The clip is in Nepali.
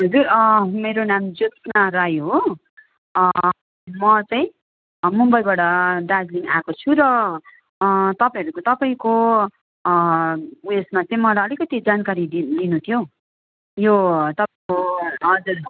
हजुर मेरो नाम ज्योत्सना राई हो म चाहिँ मुम्बईबाट दार्जिलिङ आएको छु र तपाईँहरूको तपाईँको उयसमा चाहिँ मलाई अलिकिति जानकारी दि लिनु थियो यो तपाईँको हजुर